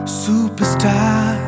superstar